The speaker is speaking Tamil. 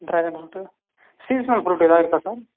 ட்ராகன் ஃப்ரூட்டு சீஸ்னல் ஃப்ரூட்டு ஏதாவது இருக்கா சார்